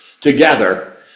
together